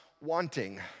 wanting